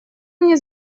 мне